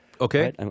Okay